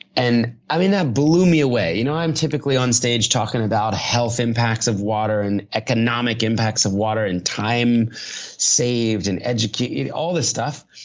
and i mean, that blew me away. you know i'm typically on stage talking about health impacts of water and economic impacts of water and time saved and educate, all this stuff.